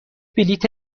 بلیت